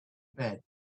bed